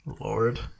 Lord